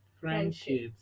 Friendships